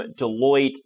Deloitte